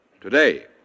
today